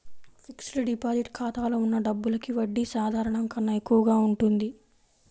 fixed deposit ఖాతాలో ఉన్న డబ్బులకి వడ్డీ సాధారణం కన్నా ఎక్కువగా ఉంటుంది